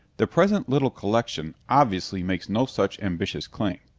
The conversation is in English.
the present little collection obviously makes no such ambitious claim.